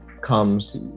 comes